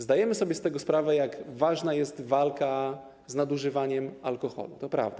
Zdajemy sobie z tego sprawę, jak ważna jest walka z nadużywaniem alkoholu, to prawda.